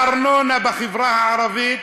הארנונה בחברה הערבית